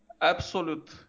absolute